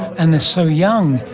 and they're so young.